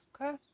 Okay